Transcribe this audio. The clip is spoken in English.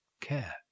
Care